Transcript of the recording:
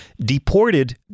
Deported